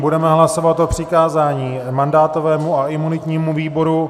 Budeme hlasovat o přikázání mandátovému a imunitnímu výboru.